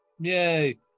Yay